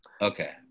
Okay